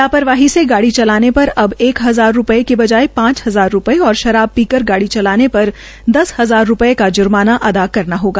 लापरवाही से गाड़ी चलाने पर अब एक हजार रूपये की बजाय पांच हजार रूपये और शराब पीकर गाड़ी चलाने पर दस हज़ार रूपये का जुर्माना अदा करना होगा